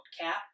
Cap